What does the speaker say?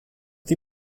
die